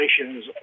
relations